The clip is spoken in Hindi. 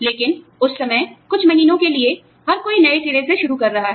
लेकिन उस समय कुछ महीनों के लिए हर कोई नए सिरे से शुरू कर रहा है